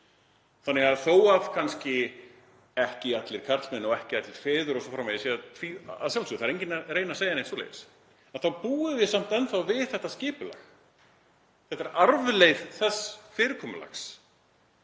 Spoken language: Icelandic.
þannig að þó að kannski ekki allir karlmenn og ekki allir feður o.s.frv. — að sjálfsögðu, það er enginn að reyna að segja neitt svoleiðis, þá búum við samt enn þá við þetta skipulag. Þetta er arfleifð þess fyrirkomulags